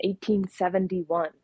1871